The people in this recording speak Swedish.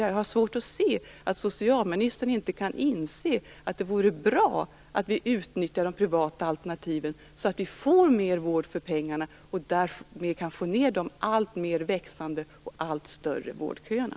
Därför har jag svårt att se varför socialministern inte kan inse att det vore bra att utnyttja de privata alternativen så att vi får mer vård för pengarna, och därmed får ned de alltmer växande och allt längre vårdköerna.